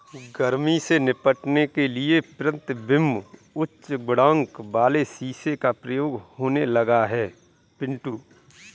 गर्मी से निपटने के लिए प्रतिबिंब उच्च गुणांक वाले शीशे का प्रयोग होने लगा है पिंटू